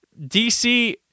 DC